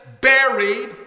buried